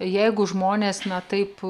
jeigu žmonės na taip